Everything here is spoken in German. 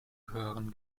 gehören